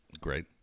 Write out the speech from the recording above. Great